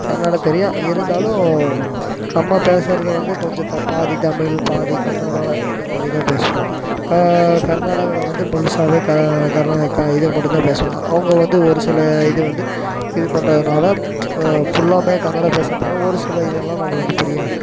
கன்னடம் தெரியும் இருந்தாலும் நம்ம பேசுகிறது வந்து கொஞ்சம் தப்பா பாதி தமிழ் பாதி கன்னடம் இந்தமாதிரிதான் பேசுவோம் க கர்நாடகாவில் வந்து முழுசாவே க கர்நாட இது மட்டுந்தான் பேசுவாங்க அவங்க வந்து ஒரு சில இது வந்து இது பண்ணுறதுனால ஃபுல்லாமே கன்னடம் பேசுகிறதுனால ஒரு சில இதெல்லாம் நம்மளுக்கு புரியாது